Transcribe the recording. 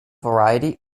variety